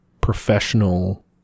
professional